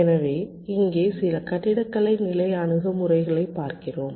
எனவே இங்கே சில கட்டிடக்கலை நிலை அணுகுமுறைகளைப் பார்க்கிறோம்